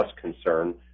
concern